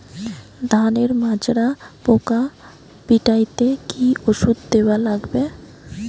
ধানের মাজরা পোকা পিটাইতে কি ওষুধ দেওয়া লাগবে?